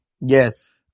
Yes